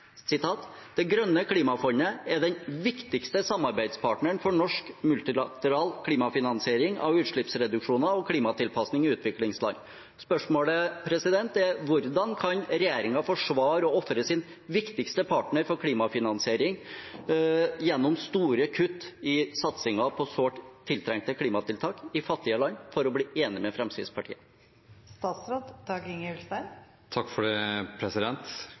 grønne klimafondet er hovedkanal for norsk multilateral klimafinansiering av utslippsreduksjoner og klimatilpasning i utviklingsland.» Spørsmålet er: Hvordan kan regjeringen forsvare å ofre sin viktigste partner for klimafinansiering gjennom store kutt i satsingen på sårt tiltrengte klimatiltak i fattige land for å bli enig med Fremskrittspartiet? Det er helt riktig at klimasatsingen gjennom det